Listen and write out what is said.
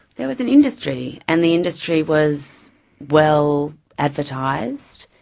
there was an industry, and the industry was well advertised.